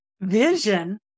vision